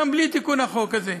גם בלי תיקון החוק הזה,